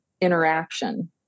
interaction